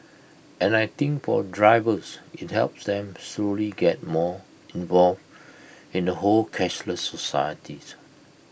and I think for drivers IT helps them slowly get more involved in the whole cashless society